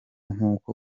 nk’uko